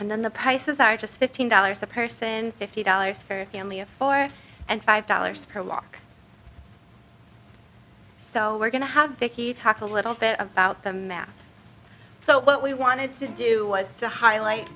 and then the prices are just fifteen dollars a person fifty dollars for a family of four and five dollars per walk so we're going to have vicky talk a little bit about the map so what we wanted to do was to highlight